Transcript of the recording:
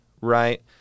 right